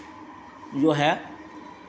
जो है